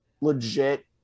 legit